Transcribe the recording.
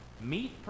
Meet